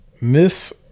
Miss